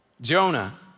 Jonah